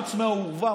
חוץ מהאורווה?